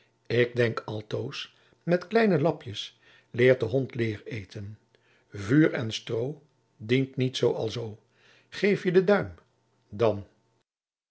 ik denk altoos met kleine lapjes leert de hond leêr eten vuur en stroo dient niet alzoo geef je den duim dan